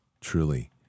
truly